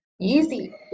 Easy